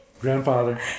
grandfather